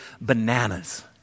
bananas